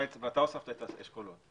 ואתה הוספת אשכולות.